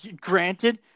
Granted